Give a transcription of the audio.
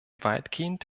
weitgehend